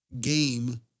game